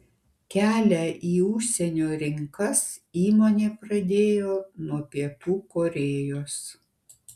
kelią į užsienio rinkas įmonė pradėjo nuo pietų korėjos